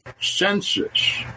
census